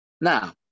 Now